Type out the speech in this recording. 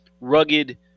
rugged